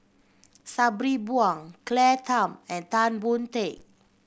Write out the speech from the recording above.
Sabri Buang Claire Tham and Tan Boon Teik